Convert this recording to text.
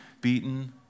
beaten